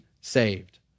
saved